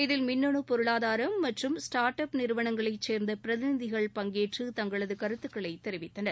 இதில் மின்னனு பொருளாதாரம் மற்றும் ஸ்டாா்ட் அப் நிறுவனங்களை சேர்ந்த பிரதிநிதிகள் பங்கேற்று தங்களது கருத்துகளை தெரிவித்தனர்